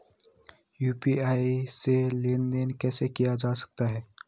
UPI से लेनदेन कैसे किया जा सकता है?